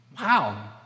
Wow